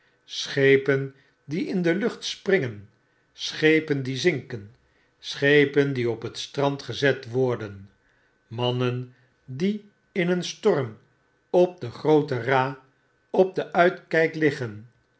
schepen die in de lucht springen schepen die zinken schepen die op het strand gezet worden mannen die in een storm op de groote ra op den uitkjjkliggen